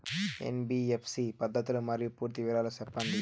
NBFC పద్ధతులు మరియు పూర్తి వివరాలు సెప్పండి?